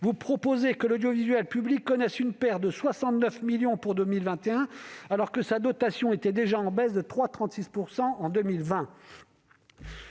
Vous proposez que l'audiovisuel public connaisse une perte de 69 millions pour 2021 alors que sa dotation était déjà en baisse de 3,36 % en 2020.